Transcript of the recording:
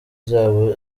zabo